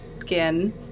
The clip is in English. skin